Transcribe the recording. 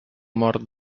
mort